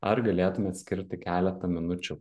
ar galėtumėt skirti keletą minučių